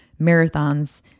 marathons